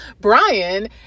Brian